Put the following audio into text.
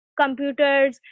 computers